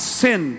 sin